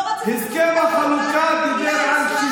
לא רציתם את החלוקה, כי האסלאם מבטל את היהדות.